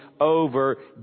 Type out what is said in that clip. over